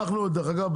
דרך אגב,